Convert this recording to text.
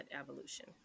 evolution